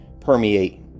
permeate